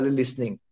listening